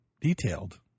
detailed